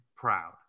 proud